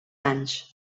anys